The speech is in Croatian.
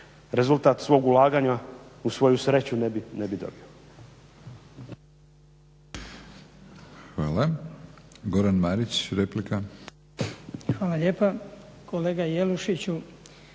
rezultat svog ulaganja u svoju sreću ne bi dobio.